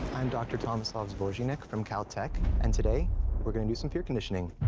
i'm dr. tomislav zbozinek from caltech, and today we're gonna do some fear conditioning.